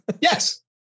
Yes